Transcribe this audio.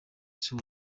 isi